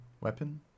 weapon